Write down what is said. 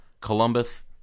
Columbus